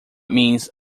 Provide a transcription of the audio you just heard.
means